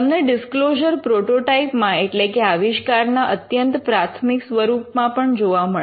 તમને disclosure prototype માં એટલે કે આવિષ્કારના અત્યંત પ્રાથમિક સ્વરૂપમાં પણ જોવા મળે